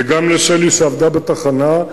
וגם לשלי שעבדה בתחנה,